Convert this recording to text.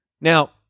Now